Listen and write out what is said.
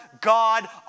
God